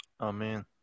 Amen